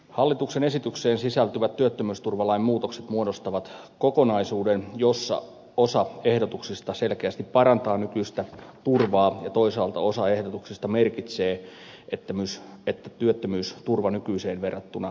hallituksen esitykseen sisältyvät työttömyysturvalain muutokset muodostavat kokonaisuuden jossa osa ehdotuksista selkeästi parantaa nykyistä turvaa ja toisaalta osa ehdotuksista merkitsee että työttömyysturva nykyiseen verrattuna osin heikkenee